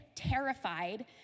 terrified